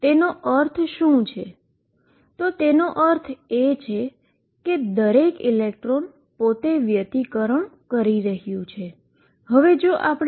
તેનો અર્થ શું છે તો એ છે કે દરેક ઇલેક્ટ્રોન પોતે ઈન્ટરફીઅરન્સ કરી રહ્યું છે